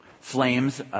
flames